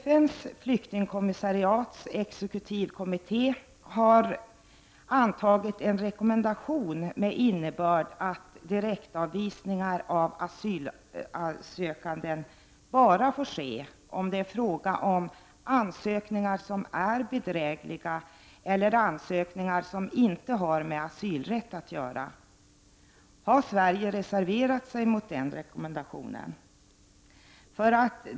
FN:s flyktingkommissariats exekutivkommitté har antagit en rekommendation med innebörd att direktavvisningar av asylsökande bara får ske om det är fråga om ansökningar som är bedrägliga eller ansökningar som inte har med asylrätt att göra. Har Sverige reserverat sig mot den rekommendationen?